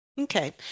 Okay